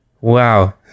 Wow